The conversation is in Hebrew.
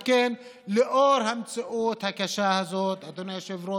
על כן, לנוכח המציאות הקשה הזאת, אדוני היושב-ראש,